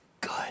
good